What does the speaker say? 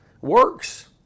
Works